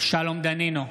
שלום דנינו,